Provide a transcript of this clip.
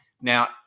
Now